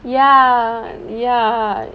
ya ya